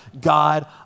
God